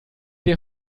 dir